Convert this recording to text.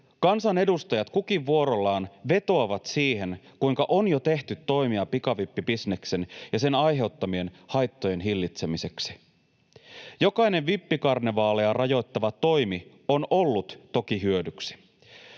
Kansanedustajat kukin vuorollaan vetoavat siihen, kuinka on jo tehty toimia pikavippibisneksen ja sen aiheuttamien haittojen hillitsemiseksi. Jokainen vippikarnevaaleja rajoittava toimi on ollut toki hyödyksi,